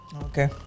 Okay